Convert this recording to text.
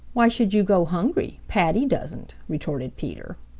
why should you go hungry? paddy doesn't, retorted peter.